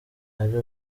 ari